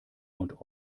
und